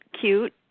Cute